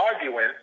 arguing